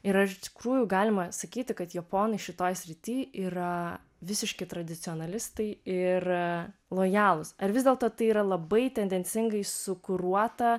ir ar iš tikrųjų galima sakyti kad japonai šitoj srity yra visiški tradicionalistai ir lojalūs ar vis dėlto tai yra labai tendencingai sukuruota